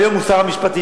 שהיום הוא שר המשפטים.